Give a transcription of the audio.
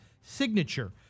signature